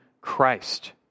Christ